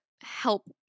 help